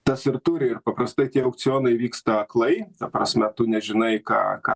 tas ir turi ir paprastai tie aukcionai vyksta aklai ta prasme tu nežinai ką ką